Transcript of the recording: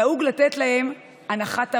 נהוג לתת להם 'הנחת-ערבים'.